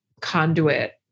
conduit